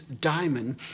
diamond